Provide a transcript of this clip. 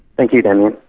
thank you damien.